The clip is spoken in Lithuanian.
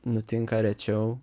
nutinka rečiau